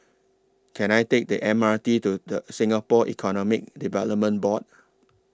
Can I Take The M R T to The Singapore Economic Development Board